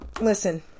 listen